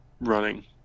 running